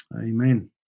Amen